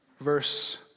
verse